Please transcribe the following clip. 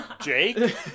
Jake